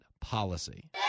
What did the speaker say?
policy